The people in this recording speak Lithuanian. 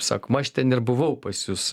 sakoma aš ten ir buvau pas jus